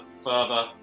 further